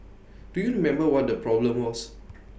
do you remember what that problem was